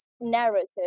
narrative